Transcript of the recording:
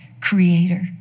Creator